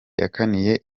yakaniye